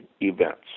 events